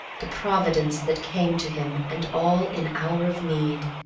the providence that came to him and all in hour of need,